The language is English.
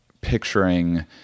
picturing